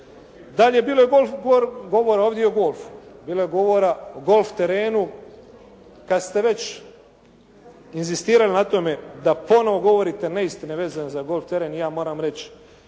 Dalje, bilo je govora ovdje i o golfu, bilo je govora o golf terenu. Kad ste već inzistirali na tome da ponovo govorite neistine vezane za golf teren, i ja moram reći